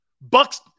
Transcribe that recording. Bucks